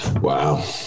Wow